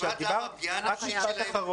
למה אתם לא מתייחסים לפגיעה הנפשית שלהם?